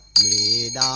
da da